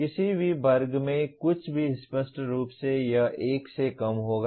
किसी भी वर्ग में कुछ भी स्पष्ट रूप से यह 1 से कम होगा